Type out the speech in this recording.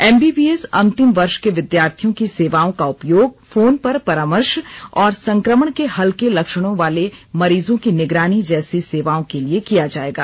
MBBS अंतिम वर्ष के विद्यार्थियों की सेवाओं का उपयोग फोन पर परामर्श और संक्रमण के हल्के लक्षणों वाले मरीजों की निगरानी जैसी सेवाओं के लिए किया जाएगा